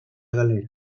galera